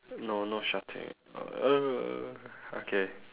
no no shouting uh okay